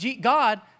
God